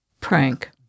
prank